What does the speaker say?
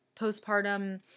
postpartum